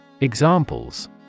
Examples